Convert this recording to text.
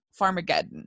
farmageddon